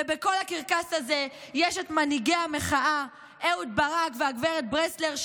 ובכל הקרקס הזה יש את מנהיגי המחאה אהוד ברק וגב' ברסלר,